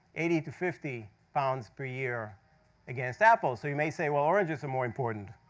eighty fifty pounds per year against apples. so you may say, well oranges are more important.